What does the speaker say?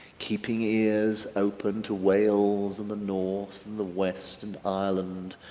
keeping ears open to wales and the north and the west and ireland,